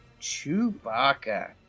Chewbacca